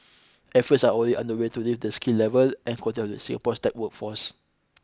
efforts are already underway to lift the skill level and quality of Singapore's tech workforce